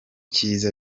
cyiza